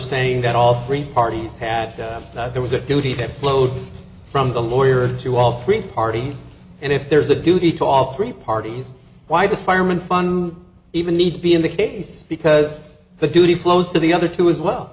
saying that all three parties had thought there was a duty that flowed from the lawyer to all three parties and if there's a duty to all three parties why does firemen fun even need to be in the case because the duty flows to the other two is